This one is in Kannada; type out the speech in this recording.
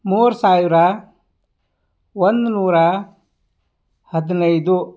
ಮೂರು ಸಾವಿರ ಒಂದು ನೂರ ಹದಿನೈದು